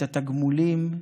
את התגמולים,